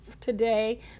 today